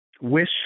wish